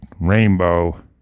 rainbow